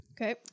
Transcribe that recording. Okay